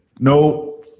no